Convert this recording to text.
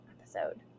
episode